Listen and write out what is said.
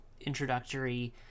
introductory